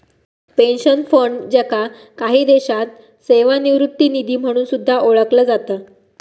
pension fund, ज्याका काही देशांत सेवानिवृत्ती निधी म्हणून सुद्धा ओळखला जाता